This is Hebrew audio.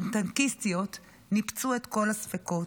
הטנקיסטיות ניפצו את כל הספקות.